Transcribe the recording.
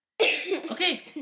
Okay